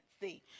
See